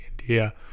India